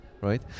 right